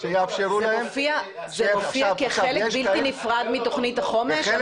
שיאפשרו להם -- זה מופיע כחלק בלתי נפרד מתוכנית החומש?